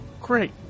great